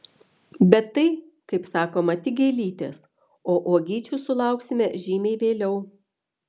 bet tai kaip sakoma tik gėlytės o uogyčių sulauksime žymiai vėliau